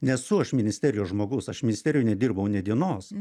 nesu aš ministerijos žmogus aš ministerijoj nedirbau nė dienos